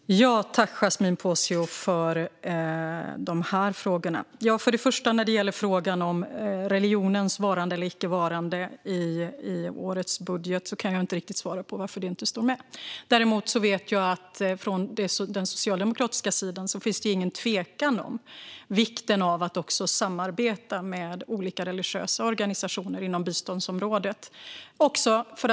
Herr talman! Tack, Yasmine Posio, för frågorna! När det gäller religionens vara eller icke vara i årets budget kan jag inte svara på varför det inte står med. Jag vet däremot att det från den socialdemokratiska sidan inte finns någon tvekan om vikten av att samarbeta med olika religiösa organisationer inom biståndsområdet.